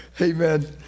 Amen